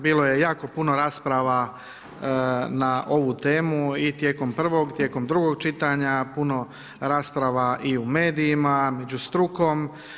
Bilo je jako puno rasprava na ovu temu i tijekom prvog, tijekom drugog čitanja puno rasprava i u medijima, među strukom.